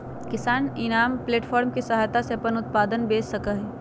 किसान eNAM platform के सहायता से अपन उत्पाद बेच सका हई